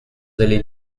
allez